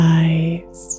eyes